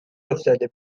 افتاده